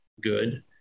good